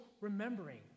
remembering